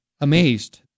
amazed